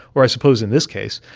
or i suppose, in this case,